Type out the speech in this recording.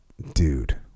Dude